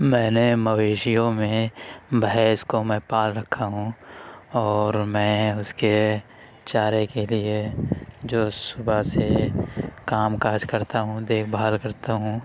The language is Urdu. میں نے مویشیوں میں بھینس کو میں پال رکھا ہوں اور میں اس کے چارے کے لیے جو صبح سے کام کاج کرتا ہوں دیکھ بھال کرتا ہوں